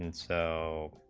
and so